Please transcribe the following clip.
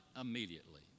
immediately